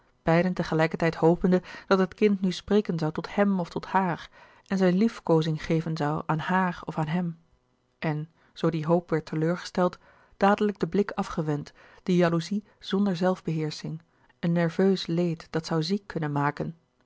beiden tegelijkertijd hopende dat het kind nu spreken zoû tot hem of tot haar en zijne liefkoozing geven zoû aan haar of aan hem en zoo die hoop werd teleurgesteld dadelijk den blik afgewend de jaloezie zonder zelfbeheersching een nerveus leed dat zoû ziek kunnen maken